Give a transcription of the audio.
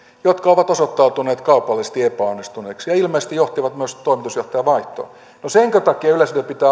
jotka ovat osoittautuneet kaupallisesti epäonnistuneiksi ja ilmeisesti johtivat myös toimitusjohtajan vaihtoon no senkö takia yleisradio pitää